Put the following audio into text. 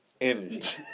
energy